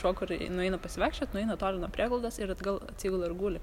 šuo kur jinai eina pasivaikščiot nueina toli nuo prieglaudos ir atgal atsigula ir guli